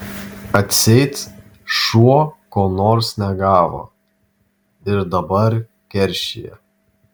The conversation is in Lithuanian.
atseit šuo ko nors negavo ir dabar keršija